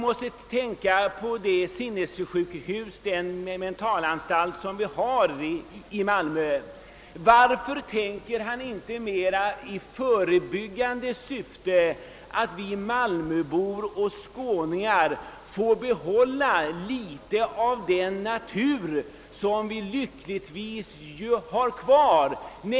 Varför tänker herr Svenning inte också i förebyggande syfte på vad en orörd vacker natur kan betyda för stressade storstadsmänniskor? Vi malmöbor och skåningar bör för rekreation och lugn få behålla något av den natur som vi lyckligtvis har kvar.